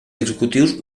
executius